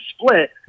split